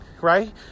right